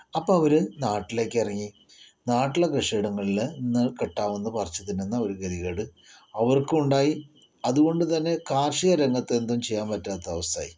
അപ്പോൾ അവർ നാട്ടിലേക്ക് ഇറങ്ങി നാട്ടിലെ കൃഷിയിടങ്ങളിൽ നിന്ന് കിട്ടാവുന്നത് പറിച്ചു തിന്നുന്ന ഒരു ഗതികേട് അവർക്കും ഉണ്ടായി അതുകൊണ്ടുതന്നെ കാർഷികരംഗത്ത് എന്തും ചെയ്യാൻ പറ്റാത്ത അവസ്ഥയായി